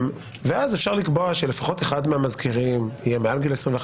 אפשר לקבוע שלפחות אחד מן המזכירים יהיה מעל גיל 21,